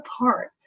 apart